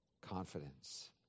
confidence